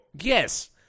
Yes